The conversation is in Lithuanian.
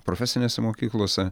profesinėse mokyklose